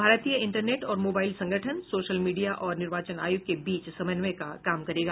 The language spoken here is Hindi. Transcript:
भारतीय इंटरनेट और मोबाइल संगठन सोशल मीडिया और निर्वाचन आयोग के बीच समन्वय का काम करेगा